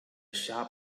shop